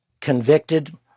convicted